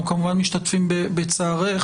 אנחנו כמובן משתתפים בצערך,